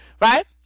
right